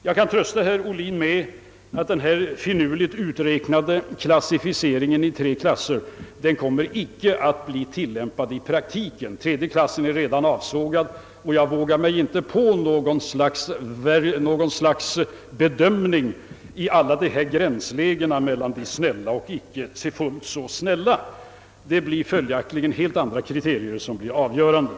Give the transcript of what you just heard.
Jag kan trösta herr Ohlin med att denna finurligt uträknade uppdelning i tre klasser icke kommer att tillämpas i praktiken. Den tredje klassen är redan avsågad, och jag vågar mig inte på någon bedömning i alla dessa gränslägen mellan snälla och inte fullt så snälla. Det är följaktligen helt andra kriterier som blir avgörande.